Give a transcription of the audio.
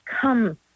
come